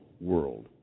world